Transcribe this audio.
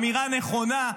אמירה נכונה,